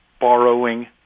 borrowing